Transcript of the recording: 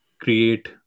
create